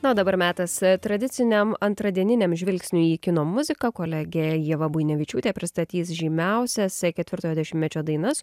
nu o dabar metas tradiciniam antradieniniam žvilgsniui į kino muziką kolegė ieva buinevičiūtė pristatys žymiausias ketvirtojo dešimtmečio dainas